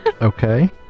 Okay